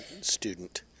student